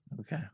Okay